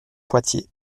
poitiers